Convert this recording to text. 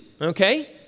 Okay